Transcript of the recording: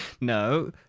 No